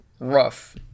Rough